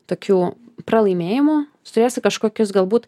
tokių pralaimėjimų turėsi kažkokius galbūt